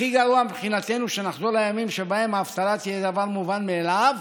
הכי גרוע מבחינתנו זה שנחזור לימים שבהם האבטלה תהיה דבר מובן מאליו